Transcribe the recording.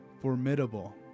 formidable